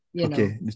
Okay